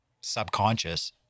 subconscious